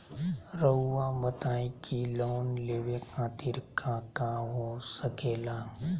रउआ बताई की लोन लेवे खातिर काका हो सके ला?